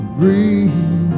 breathe